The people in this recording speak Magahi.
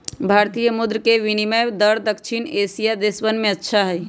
भारतीय मुद्र के विनियम दर दक्षिण एशियाई देशवन में अच्छा हई